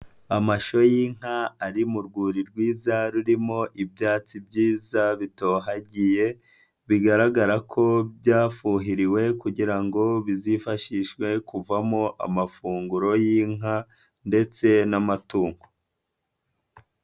Amashyo y'inka ari mu rwuri rwiza rurimo ibyatsi byiza bitohagiye, bigaragara ko byafuhiriwe kugira ngo bizifashishwe kuvamo amafunguro y'inka ndetse n'amatungo.